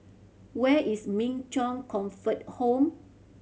where is Min Chong Comfort Home